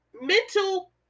mental